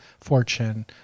fortune